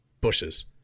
bushes